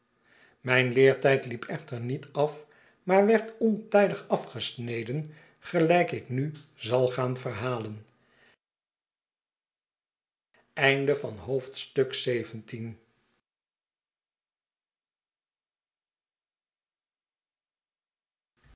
mijn ieertijd liep echter niet af maar werd ontijdig afgesneden gelijk ik nu zai gaan verhalen